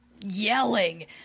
yelling